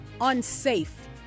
unsafe